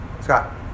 Scott